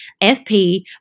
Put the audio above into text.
FP